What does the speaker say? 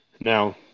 Now